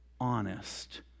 honest